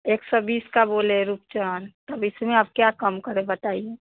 एक सौ का बीस का बोले रुपचान तब इसमें आप क्या कम करे बताइए